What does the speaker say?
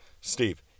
Steve